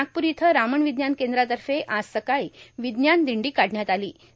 नागपूर इथं रामन र्वज्ञान कद्रातफ आज सकाळी र्विज्ञान दिंडी काढण्यात आलां